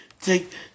take